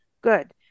good